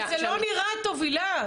אבל זה לא נראה טוב, הילה.